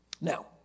Now